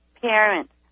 parents